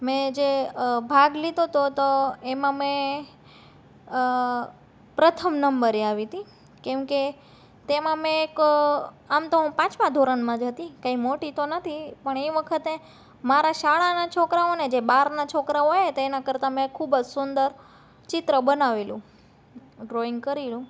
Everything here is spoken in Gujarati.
મેં જે ભાગ લીધો હતો તો તો એમાં મેં પ્રથમ નંબરે આવી હતી કેમ કે તેમાં મેં એક આમ તો હું પાંચમા ધોરણમાં જ હતી કાઈ મોટી તો નહોતી પણ એ વખતે મારા શાળાના છોકરાઓને જે મેં બારના છોકરાઓ આવ્યાં હતાં એના કરતા મેં ખૂબ જ સુંદર ચિત્ર બનાવેલું ડ્રોઇંગ કર્યું